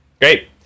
Great